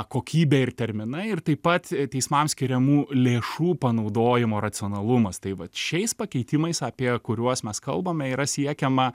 kokybė ir terminai ir taip pat teismam skiriamų lėšų panaudojimo racionalumas tai vat šiais pakeitimais apie kuriuos mes kalbame yra siekiama